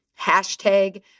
hashtag